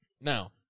Now